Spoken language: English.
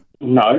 No